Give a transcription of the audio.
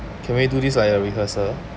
can we do this like a rehearsal